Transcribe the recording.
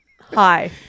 Hi